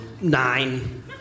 Nine